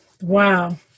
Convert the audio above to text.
wow